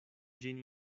ĝin